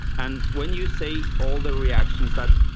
and when you say all the reactions that,